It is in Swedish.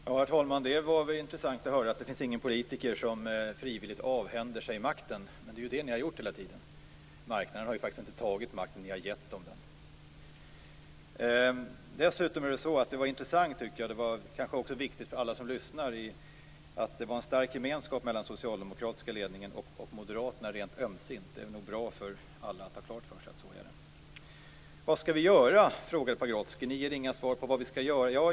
Herr talman! Det var intressant att höra att det inte finns någon politiker som frivilligt avhänder sig makten. Men det är ju det ni har gjort hela tiden. Marknaden har faktiskt inte tagit makten - ni har gett den till den. Dessutom tycker jag att det var intressant - och kanske också viktigt för alla som lyssnar - att det var en stark, rent ömsint, gemenskap mellan den socialdemokratiska ledningen och moderaterna. Det är nog bra för alla att ha klart för sig att det är så. Vad skall vi då göra? Leif Pagrotsky säger att vi inte ger några svar på vad vi skall göra.